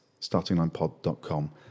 StartingLinePod.com